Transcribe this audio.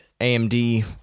amd